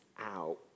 out